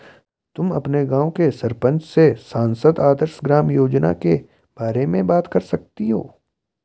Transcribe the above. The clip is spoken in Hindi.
तुम अपने गाँव के सरपंच से सांसद आदर्श ग्राम योजना के बारे में बात कर सकती हो